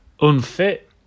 Unfit